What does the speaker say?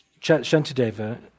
Shantideva